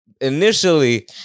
initially